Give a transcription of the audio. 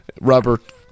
robert